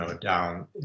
down